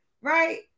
right